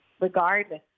regardless